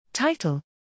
Title